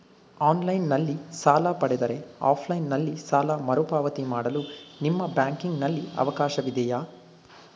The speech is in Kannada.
ಆನ್ಲೈನ್ ನಲ್ಲಿ ಸಾಲ ಪಡೆದರೆ ಆಫ್ಲೈನ್ ನಲ್ಲಿ ಸಾಲ ಮರುಪಾವತಿ ಮಾಡಲು ನಿಮ್ಮ ಬ್ಯಾಂಕಿನಲ್ಲಿ ಅವಕಾಶವಿದೆಯಾ?